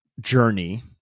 journey